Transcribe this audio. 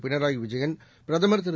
பினராயிவிஜயன் பிரதமர் திரு